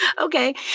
Okay